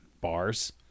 Bars